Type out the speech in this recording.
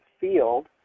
field